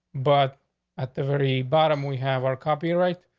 but at the very bottom we have our copy, right?